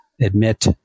admit